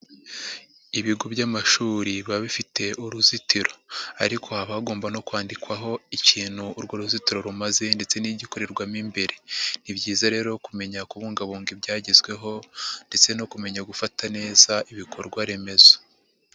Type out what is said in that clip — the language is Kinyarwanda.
Ibigo by'amashuri biba bifite uruzitiro ariko haba hagomba no kwandikwaho ikintu urwo ruzitiro rumaze ndetse n'igikorerwamo imbere, ni byiza rero kumenya kubungabunga ibyagezweho ndetse no kumenya gufata neza ibikorwa remezo.